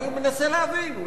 אני מנסה להבין.